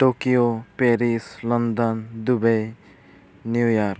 Tokyo Paris London Dubai New York